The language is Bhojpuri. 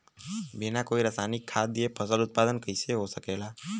बिना कोई रसायनिक खाद दिए फसल उत्पादन कइसे हो सकेला?